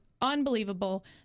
unbelievable